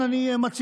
לכן אני מציע,